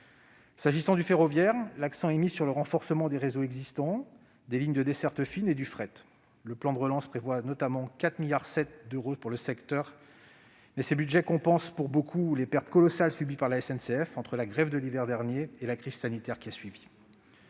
concerne le ferroviaire, l'accent est mis sur le renforcement des réseaux existants, des lignes de desserte fine et du fret. Le plan de relance prévoit notamment 4,7 milliards d'euros pour le secteur. Toutefois, ces budgets compensent pour beaucoup les pertes colossales subies par la SNCF entre la grève de l'hiver dernier et la crise sanitaire qui a suivi.